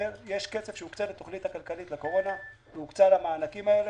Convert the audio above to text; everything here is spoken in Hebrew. יש כסף שהוקצה לתוכנית הכלכלית לקורונה והוא הוקצה למענקים האלה.